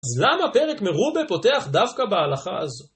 אז למה פרק מרובה פותח דווקא בהלכה הזאת?